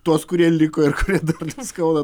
tuos kurie liko ir kuriem dantis skauda